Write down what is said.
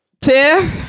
Tiff